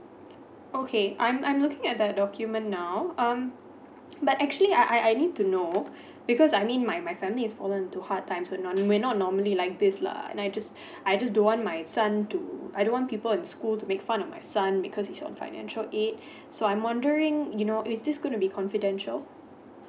okay I'm I'm looking at the document now um but actually I I I need to know because I mean my my family is fallen to hard time now we normally not like this lah I just I just don't want my son to I don't want people at school to make fun of my son because he is on financial aid so I'm wondering you know is this gonna be confidential